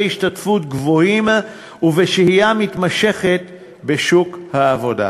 השתתפות גבוהים ובשהייה מתמשכת בשוק העבודה,